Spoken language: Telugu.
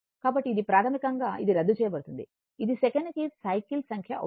కాబట్టి ఇది ప్రాథమికంగా అది రద్దు చేయబడుతుంది ఇది సెకనుకు సైకిల్స్ సంఖ్య అవుతుంది